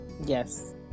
yes